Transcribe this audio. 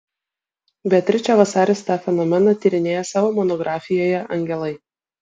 beatričė vasaris tą fenomeną tyrinėja savo monografijoje angelai